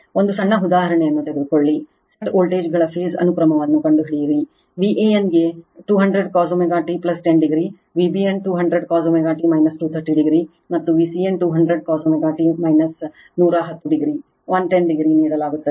ಒಂದು ಸಣ್ಣ ಉದಾಹರಣೆಯನ್ನು ತೆಗೆದುಕೊಳ್ಳಿ ಸೆಟ್ ವೋಲ್ಟೇಜ್ಗಳ ಫೇಸ್ ಅನುಕ್ರಮವನ್ನು ಕಂಡುಹಿಡಿಯಿರಿ Vanಗೆ 200 cos ω t 10 o Vbn 200 cos ω t 230 o ಮತ್ತು Vcn 200 cos ω t 110 o110 oನೀಡಲಾಗುತ್ತದೆ